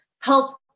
help